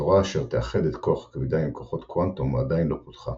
התורה אשר תאחד את כוח הכבידה עם כוחות קוואנטום עדיין לא פותחה,